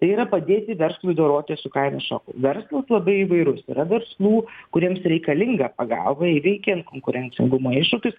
tai yra padėti verslui dorotis su kainų šoku verslas labai įvairus yra verslų kuriems reikalinga pagalba įveikiant konkurencingumo iššūkius